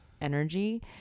energy